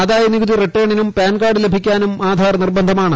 ആദായനികുതി റിട്ടേണിനും പാൻകാർഡ് ലഭിക്കാനും ആധാർ നിർബന്ധമാണ്